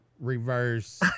reverse